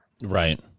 Right